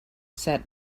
said